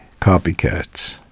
copycats